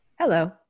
Hello